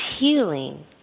healing